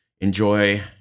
enjoy